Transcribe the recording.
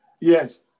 Yes